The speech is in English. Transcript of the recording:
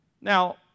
Now